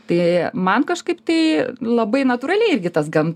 tai man kažkaip tai labai natūraliai irgi tas kam